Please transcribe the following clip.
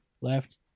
Left